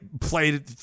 played